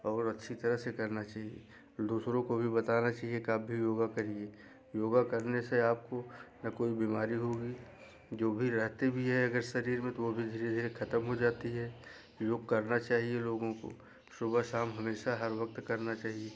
और अच्छी तरह से करना चाहिए दूसरों को भी बताना चहिए कि आप भी योगा करिए योगा करने से आपको ना कोई बीमारी होगी जो भी रहती भी है अगर शरीर में वो भी धीरे धीरे खत्म हो जाती है योग करना चाहिए लोगों को सुबह शाम हमेशा हर वक्त करना चाहिए